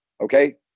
okay